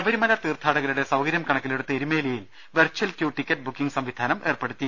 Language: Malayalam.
ശബരിമല തീർത്ഥാടകരുടെ സൌകരൃം കണക്കിലെടുത്ത് എരുമേലിയിൽ വെർച്വൽ ക്യൂ ടിക്കറ്റ് ബുക്കിംഗ് സംവിധാനം ഏർപ്പെടുത്തി